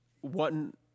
one